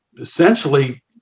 essentially